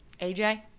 AJ